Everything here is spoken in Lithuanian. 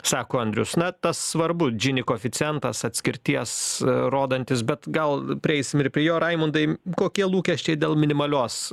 sako andrius na tas svarbu džini koeficientas atskirties rodantis bet gal prieisim ir prie jo raimondai kokie lūkesčiai dėl minimalios